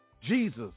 Jesus